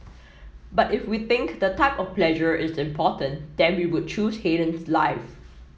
but if we think the type of pleasure is important then we would choose Haydn's life